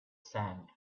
sand